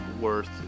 worth